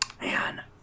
Man